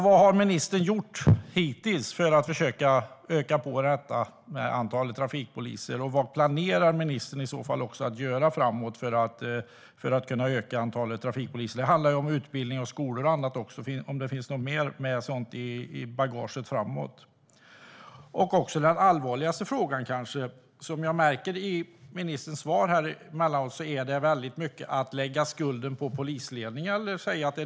Vad har ministern hittills gjort för att försöka öka antalet trafikpoliser? Vad planerar ministern att göra framöver för att öka antalet trafikpoliser? Det handlar bland annat om utbildning. Finns det något sådant i bagaget? Så till den allvarligaste frågan. I ministerns svar läggs mycket av skulden på polisledningen.